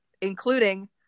including